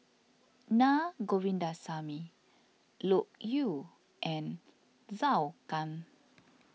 Naa Govindasamy Loke Yew and Zhou Can